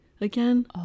again